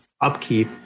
upkeep